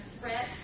threat